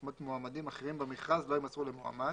שמות מועמדים אחרים במכרז לא יימסרו למועמד.